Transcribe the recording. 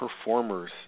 performers